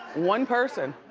one person.